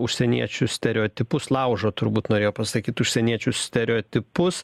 užsieniečių stereotipus laužo turbūt norėjo pasakyt užsieniečių stereotipus